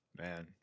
man